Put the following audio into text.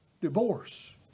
divorce